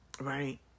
Right